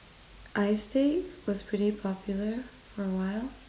I think was pretty popular for a while